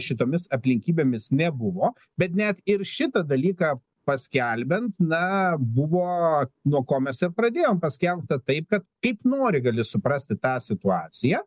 šitomis aplinkybėmis nebuvo bet net ir šitą dalyką paskelbiant na buvo nuo ko mes ir pradėjom paskelbta taip kad kaip nori gali suprasti tą situaciją